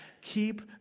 keep